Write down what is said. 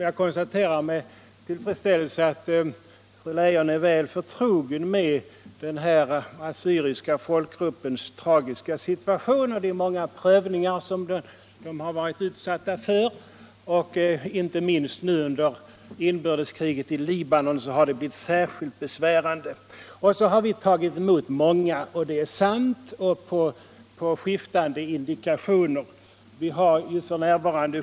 Jag konstaterar med tillfredsställelse att fru Leijon är väl förtrogen med den assyriska folkgruppens tragiska situation och de många prövningar som dessa människor har varit utsatta för. Inte minst nu under inbördeskriget i Libanon har påfrestningarna blivit särskilt besvärande för dem. Det är sant att vi har tagit emot många av dessa flyktingar på skiftande indikationer. Vi har f. n.